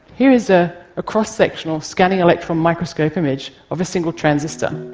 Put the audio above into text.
here is ah a cross-section or scanning electron microscope image of a single transistor.